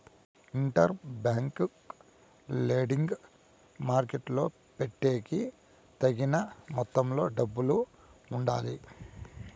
inter bank lending మార్కెట్టులో పెట్టేకి తగిన మొత్తంలో డబ్బులు ఉండాలి